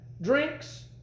drinks